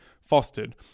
fostered